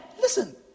Listen